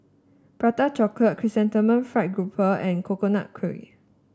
Prata Chocolate Chrysanthemum Fried Grouper and Coconut Kuih